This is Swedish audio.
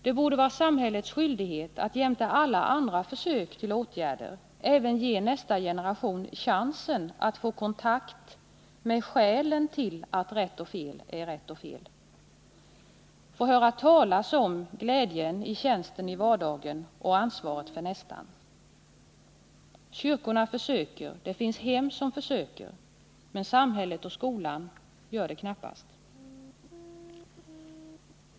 Det borde vara samhällets skyldighet att, jämte alla andra försök till åtgärder, även ge nästa generation chansen att få kontakt med skälen till att rätt och fel är rätt och fel, och höra talas om glädjen i tjänsten i vardagen och om ansvaret för nästan. Kyrkorna försöker, det finns hem som försöker, men skolan och samhället gör det knappast.